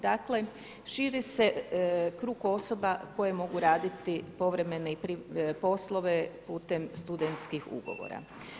Dakle širi se krug osoba koje mogu raditi povremene poslove putem studentskih ugovora.